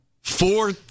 four